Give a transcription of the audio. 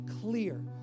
clear